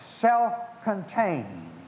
self-contained